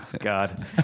God